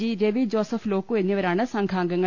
G Ravi Joseph ലോക്കു എന്നിവരാണ് സംഘാംഗ ങ്ങൾ